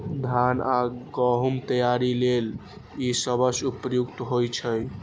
धान आ गहूम तैयारी लेल ई सबसं उपयुक्त होइ छै